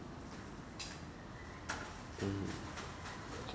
mm